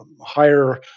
higher